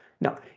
Now